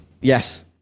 yes